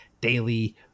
daily